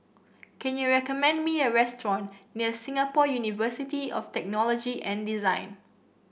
can you recommend me a restaurant near Singapore University of Technology and Design